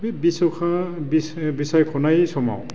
बे बिसायख'नाय समाव